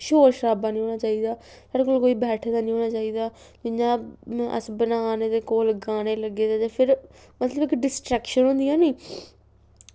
शोर शराबा नेईं होना चाहिदा होर कोई बैठे दा निं होना चाहिदा इ'यां अस बनाने ते कोल गाने लग्गे दे ते मतलब कि इक डिस्ट्रेक्शन होंदियां नि